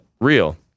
real